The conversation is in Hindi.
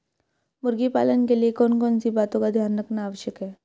मुर्गी पालन के लिए कौन कौन सी बातों का ध्यान रखना आवश्यक है?